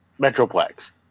Metroplex